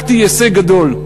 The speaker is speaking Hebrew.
השגתי הישג גדול: